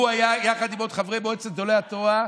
הוא היה יחד עם עוד חברי מועצת גדולי התורה,